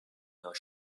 your